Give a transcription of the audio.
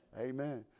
Amen